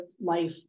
life